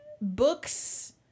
books